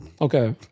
Okay